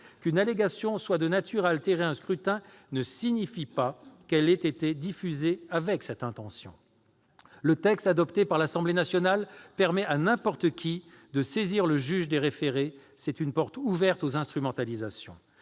Qu'une allégation soit « de nature » à altérer un scrutin ne signifie pas qu'elle ait été diffusée avec cette intention ! Le texte adopté par l'Assemblée nationale permet à n'importe qui de saisir le juge des référés. C'est une porte ouverte aux instrumentalisations.